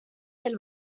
del